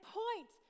point